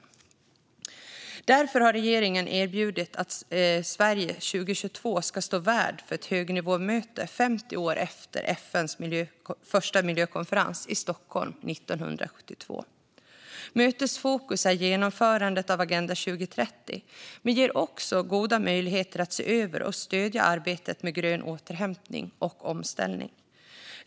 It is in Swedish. Regeringen har därför erbjudit att Sverige 2022 ska stå värd för ett högnivåmöte 50 år efter FN:s första miljökonferens i Stockholm 1972. Mötets fokus är genomförandet av Agenda 2030 men ger också goda möjligheter att se över och stödja arbetet med grön återhämtning och omställning.